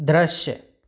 दृश्य